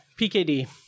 PKD